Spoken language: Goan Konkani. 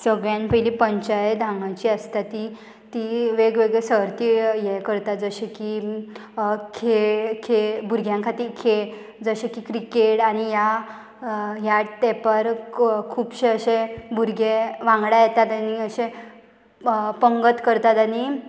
सगळ्यान पयली पंचायत हांगाची आसता ती ती वेगवेगळी सहर्ती हे करतात जशे की खेळ खेळ भुरग्यां खातीर खेळ जशे की क्रिकेट आनी ह्या ह्या तेंपार खुबशे अशे भुरगे वांगडा येतात आनी अशे पंगत करतात आनी